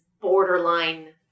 borderline